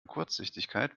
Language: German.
kurzsichtigkeit